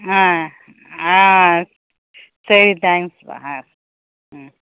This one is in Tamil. ஆ ஆ சரி தேங்க்ஸ்ப்பா ஆ ம்